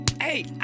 Hey